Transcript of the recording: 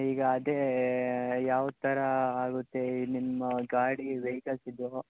ಈಗ ಅದೆ ಯಾವ ಥರ ಆಗುತ್ತೆ ನಿಮ್ಮ ಗಾಡಿ ವೆಹಿಕಲ್ಸಿದ್ದು